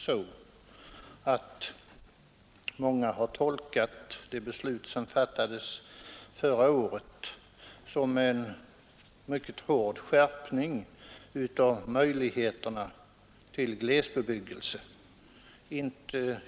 Många har tyvärr tolkat det beslut som fattades förra året som en mycket hård begränsning av möjligheterna till glesbebyggelse.